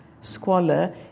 squalor